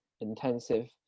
intensive